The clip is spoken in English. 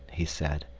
he said,